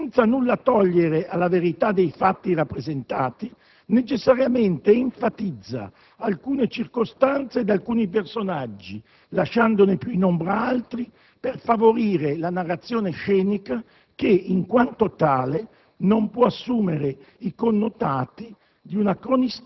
che, senza nulla togliere alla verità dei fatti rappresentati, necessariamente enfatizza alcune circostanze ed alcuni personaggi, lasciandone più in ombra altri, per favorire la narrazione scenica che, in quanto tale, non può assumere i connotati